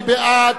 מי בעד?